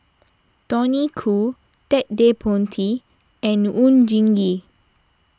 Tony Khoo Ted De Ponti and Oon Jin Gee